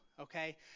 okay